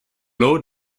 low